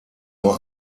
nur